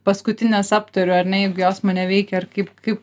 paskutines aptariu ar ne jeigu jos mane veikia ar kaip kaip